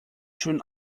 schön